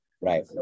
Right